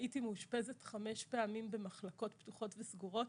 הייתי מאושפזת חמש פעמים במחלקות פתוחות וסגורות.